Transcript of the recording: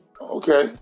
okay